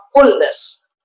fullness